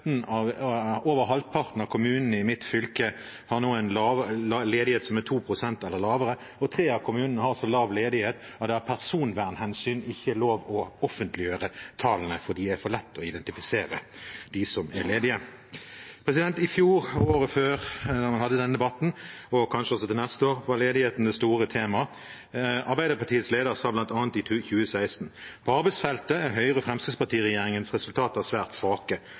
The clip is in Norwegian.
Over halvparten av kommunene i mitt fylke har nå en ledighet som er 2 pst. eller lavere, og tre av kommunene har så lav ledighet at det av personvernhensyn ikke er lov å offentliggjøre tallene fordi det er for lett å identifisere dem som er ledige. I fjor og året før da vi hadde denne debatten, var ledigheten det store temaet – og kanskje også til neste år. Arbeiderpartiets leder sa bl.a. i 2016: «På arbeidsfeltet er Høyre–Fremskrittsparti-regjeringens resultater svært svake.